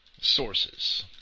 sources